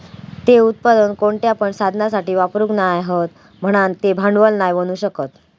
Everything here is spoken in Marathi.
ते उत्पादन कोणत्या पण साधनासाठी वापरूक नाय हत म्हणान ते भांडवल नाय बनू शकत